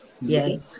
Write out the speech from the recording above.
Yay